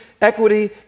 equity